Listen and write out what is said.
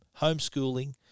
homeschooling